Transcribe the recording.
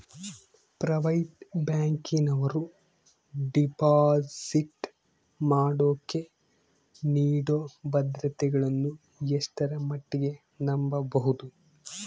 Private ಬ್ಯಾಂಕಿನವರು deposit ಮಾಡೋಕೆ ನೇಡೋ ಭದ್ರತೆಗಳನ್ನು ಎಷ್ಟರ ಮಟ್ಟಿಗೆ ನಂಬಬಹುದು?